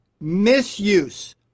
misuse